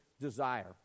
desire